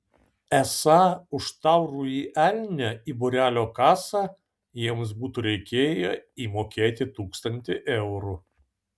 esą už taurųjį elnią į būrelio kasą jiems būtų reikėję įmokėti tūkstantį eurų